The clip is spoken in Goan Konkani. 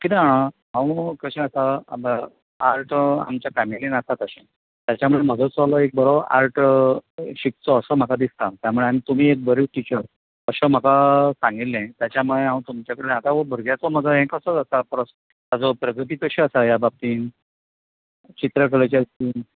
कितें आसा हांव कशे आसा आर्ट आमच्या फेमिलीन आसा तशे त्यामुळे म्हजो चलो एक बरो आर्ट शिकचो अशे म्हाका दिसता त्यामुळे आनी तुमी एक बरी टिचर अशे म्हाका सांगिल्ले त्याच्यामुळे हांव तुमचे कडेन आता हो भुरग्याचे म्हजो हे कसो जाता ताजो प्रगती कशी आसा ह्या बाबतींत चित्रकलेच्या हितुन